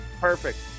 Perfect